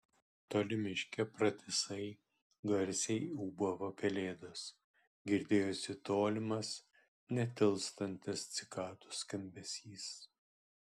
toli miške pratisai garsiai ūbavo pelėdos girdėjosi tolimas netilstantis cikadų skambesys